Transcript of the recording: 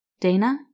Dana